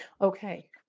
Okay